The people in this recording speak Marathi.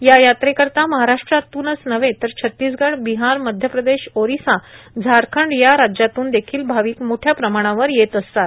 या यात्रेकरिता महाराष्ट्रातूनच नव्हे तर छत्तीसगड बिहार मध्यप्रदेश ओरिसा झारखंड या राज्यातून देखील भाविक मोठ्या प्रमाणात येत असतात